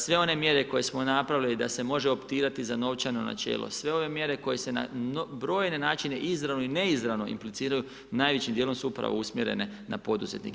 Sve one mjere koje smo napravili da se može optirati za novčano načelo, sve ove mjere koje se na brojne načine, izravno i neizravno impliciramo, najvećim dijelom su upravo usmjerene na poduzetnike.